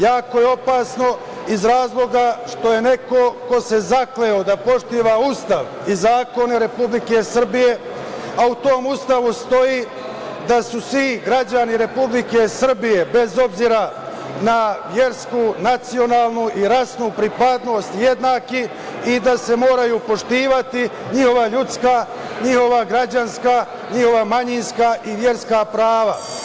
Jako je opasno iz razloga što je neko ko se zakleo da poštuje Ustav i zakone Republike Srbije, a u tom Ustavu stoji da su svi građani Republike Srbije, bez obzira na versku, nacionalnu i rasnu pripadnost jednaki i da se moraju poštovati njihova ljudska, njihova građanska, njihova manjinska i verska prava.